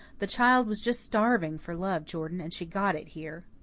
the child was just starving for love, jordan, and she got it here.